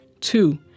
Two